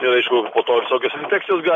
ir aišku po to visokios infekcijos gali